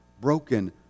broken